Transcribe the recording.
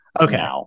Okay